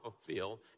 fulfill